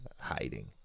hiding